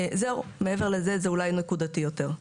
זהו, מעבר לזה זה אולי נקודתי יותר.